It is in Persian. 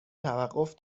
توقف